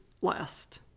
last